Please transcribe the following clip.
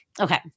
Okay